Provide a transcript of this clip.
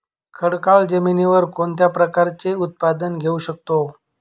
खडकाळ जमिनीवर कोणत्या प्रकारचे उत्पादन घेऊ शकतो?